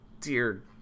dear